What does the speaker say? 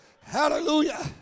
Hallelujah